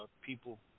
people